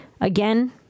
Again